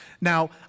Now